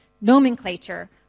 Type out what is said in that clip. nomenclature